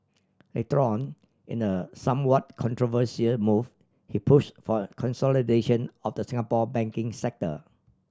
later on in a somewhat controversial move he push for consolidation of the Singapore banking sector